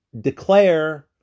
declare